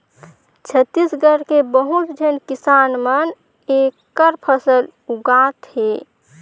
छत्तीसगढ़ के बहुत झेन किसान मन एखर फसल उगात हे